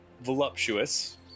voluptuous